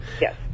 Yes